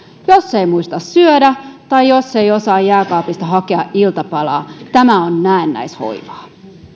jos ei muista syödä tai jos ei osaa jääkaapista hakea iltapalaa tämä on näennäishoivaa